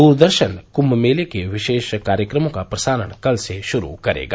दूरदर्शन क्म्भ मेले के विशेष कार्यक्रमों का प्रसारण कल से शुरु करेगा